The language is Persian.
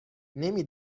نمی